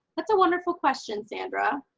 that's a wonderful question, sandra.